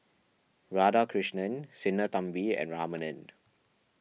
Radhakrishnan Sinnathamby and Ramanand